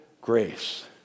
grace